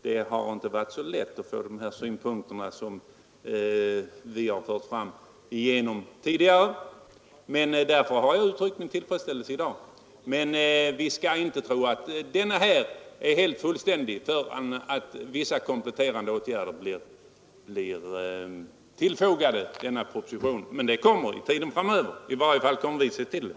Det har inte varit så lätt att få dessa synpunkter beaktade, när vi tidigare fört fram dem. Därför har jag uttryckt min tillfredsställelse i dag, men vi skall inte tro att systemet är helt fullständigt förrän vissa kompletterande åtgärder vidtagits. Dessa åtgärder kommer emellertid framöver — i varje fall skall vi se till det.